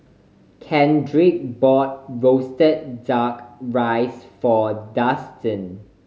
Kendrick bought roasted Duck Rice for Dustin